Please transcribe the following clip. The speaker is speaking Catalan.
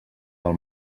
del